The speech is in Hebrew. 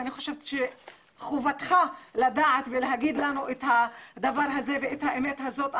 אני חושבת שחובתך לדעת ולהגיד לנו את הדבר הזה ואת האמת הזאת.